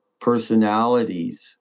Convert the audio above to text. personalities